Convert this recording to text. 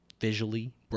visually